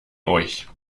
euch